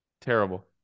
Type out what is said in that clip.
Terrible